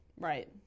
right